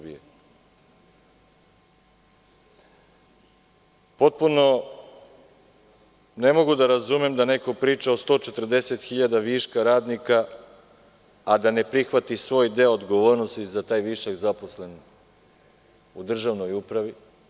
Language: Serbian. Potpuno ne mogu da razumem da neko priča o 140.000 viška radnika, a da ne prihvati svoj deo odgovornosti za taj višak zaposlenih u državnoj upravi.